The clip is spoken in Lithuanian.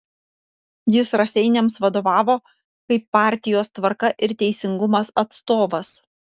jis raseiniams vadovavo kaip partijos tvarka ir teisingumas atstovas